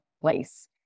place